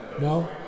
No